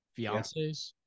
fiancés